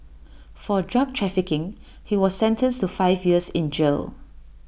for drug trafficking he was sentenced to five years in jail